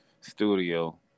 studio